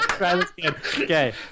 Okay